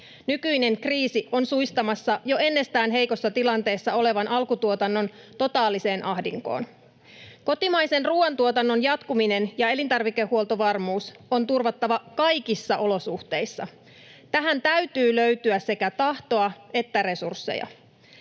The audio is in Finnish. Nykyinen kriisi on suistamassa jo ennestään heikossa tilanteessa olevan alkutuotannon totaaliseen ahdinkoon. Kotimaisen ruuantuotannon jatkuminen ja elintarvikehuoltovarmuus on turvattava kaikissa olosuhteissa. Tähän täytyy löytyä sekä tahtoa että resursseja.